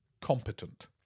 competent